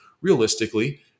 realistically